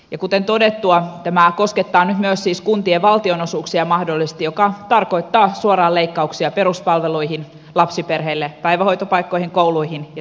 ja kuten todettua tämä koskettaa nyt myös siis kuntien valtionosuuksia mahdollisesti mikä tarkoittaa suoraan leikkauksia peruspalveluihin lapsiperheille päivähoitopaikkoihin kouluihin ja terveyspalveluihin